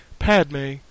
Padme